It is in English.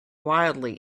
wildly